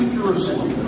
Jerusalem